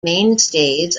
mainstays